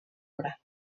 obra